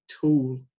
tool